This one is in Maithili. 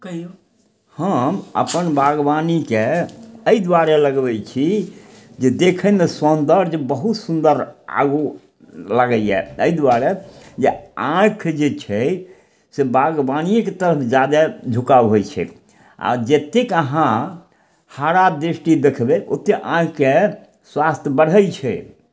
हम अपन बागवानीके एहि दुआरे लगबै छी जे देखयमे सौन्दर्य बहुत सुन्दर आगू लगैए एहि दुआरे जे आँखि जे छै से बागवानिएके तरफ जादे झुकाव होइ छै आ जतेक अहाँ हरा दृष्टि देखबै ओतेक आँखिके स्वास्थ्य बढ़ै छै